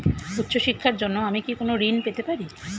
উচ্চশিক্ষার জন্য আমি কি কোনো ঋণ পেতে পারি?